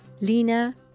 lina